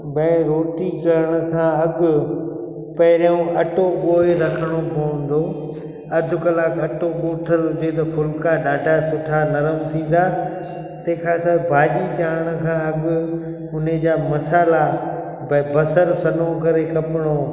बई रोटी करण खां अॻु पहिरियों अटो ॻोहे रखिणो पवंदो अधु कलाकु अटो ॻोथलु हुजे त फुलिका ॾाढा सुठा नरमु थींदा तंहिंखां सवाइ भाॼी चाढ़ण खां अॻु उन जा मसाल्हा बइ बसरु सन्हो करे कपिणो